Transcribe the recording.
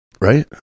right